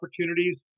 opportunities